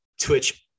Twitch